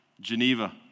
Geneva